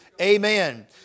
amen